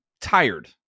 tired